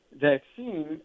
vaccine